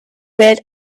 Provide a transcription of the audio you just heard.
wählt